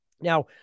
Now